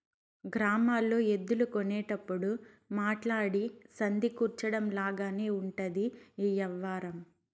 గ్రామాల్లో ఎద్దులు కొనేటప్పుడు మాట్లాడి సంధి కుదర్చడం లాగానే ఉంటది ఈ యవ్వారం